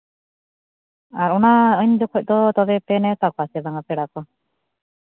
ᱟᱨ ᱚᱱᱟ ᱩᱱ ᱡᱚᱠᱷᱚᱡ ᱫᱚ ᱛᱚᱵᱮ ᱯᱮ ᱱᱮᱶᱛᱟ ᱠᱚᱣᱟ ᱥᱮ ᱵᱟᱝ ᱯᱮᱲᱟ ᱠᱚ